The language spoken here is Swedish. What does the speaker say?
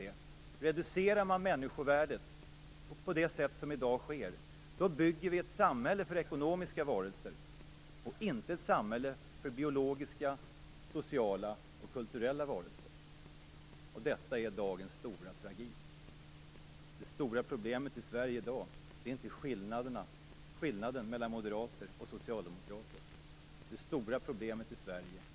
Reducerar vi människovärdet på det sätt som i dag sker bygger vi ett samhälle för ekonomiska varelser och inte för biologiska, sociala och kulturella varelser. Detta är dagens stora tragik. Det stora problemet i Sverige i dag är inte skillnaden mellan moderater och socialdemokrater. Det stora problemet i Sverige är likheten.